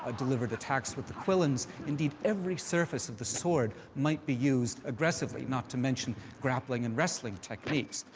ah delivered attacks with the quillins. indeed, every surface of the sword might be used aggressively, not to mention grappling and wrestling techniques.